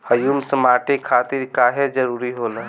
Humus माटी खातिर काहे जरूरी होला?